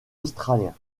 australien